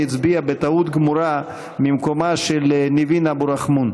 הצביע בטעות גמורה ממקומה של ניבין אבו רחמון.